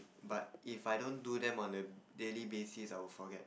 but if I don't do them on a daily basis I will forget